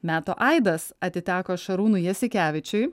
metų aidas atiteko šarūnui jasikevičiui